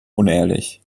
unehrlich